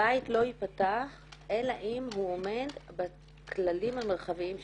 הבית לא יפתח אלא אם הוא עומד בכללים המרחביים שקבענו.